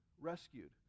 rescued